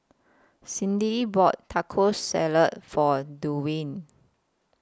Clydie bought Taco Salad For Duwayne